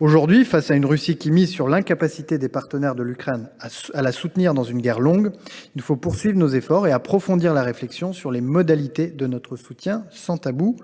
Aujourd’hui, face à une Russie qui mise sur l’incapacité des partenaires de l’Ukraine à la soutenir dans une guerre longue, il nous faut poursuivre nos efforts et approfondir la réflexion sur les modalités de notre soutien, sans tabou,